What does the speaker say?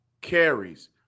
carries